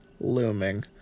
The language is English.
Looming